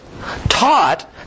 taught